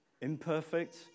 imperfect